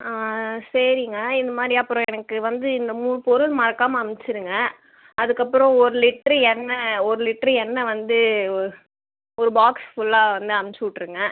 சரிங்க இந்தமாதிரி அப்புறம் எனக்கு வந்து இந்த மூணு பொருள் மறக்காமல் அனுப்ச்சிருங்க அதுக்கப்புறம் ஒரு லிட்டரு எண்ணெய் ஒரு லிட்டரு எண்ணெய் வந்து ஒரு பாக்ஸ் ஃபுல்லாக வந்து அனுப்ச்சிவுட்ருங்க